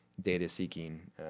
data-seeking